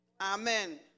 Amen